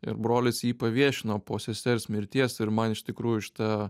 ir brolis jį paviešino po sesers mirties ir man iš tikrųjų šita